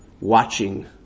watching